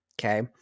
Okay